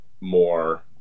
more